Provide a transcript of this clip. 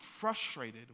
frustrated